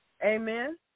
Amen